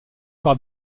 par